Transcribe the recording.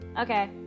okay